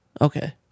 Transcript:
Okay